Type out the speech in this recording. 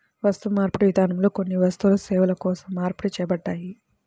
వస్తుమార్పిడి విధానంలో కొన్ని వస్తువులు సేవల కోసం మార్పిడి చేయబడ్డాయి